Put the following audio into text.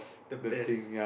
the best